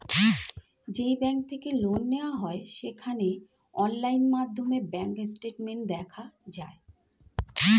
যেই ব্যাঙ্ক থেকে লোন নেওয়া হয় সেখানে অনলাইন মাধ্যমে ব্যাঙ্ক স্টেটমেন্ট দেখা যায়